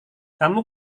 kamu